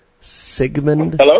Sigmund